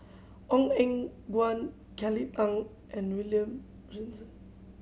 Ong Eng Guan Kelly Tang and William Robinson